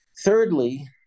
Thirdly